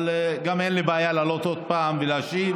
אבל גם אין לי בעיה לעלות עוד פעם ולהשיב.